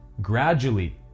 gradually